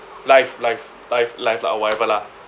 life life life life lah or whatever lah